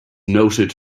noted